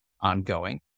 ongoing